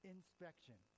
inspection